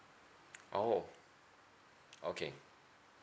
oh okay